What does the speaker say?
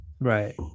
Right